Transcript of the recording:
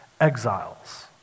exiles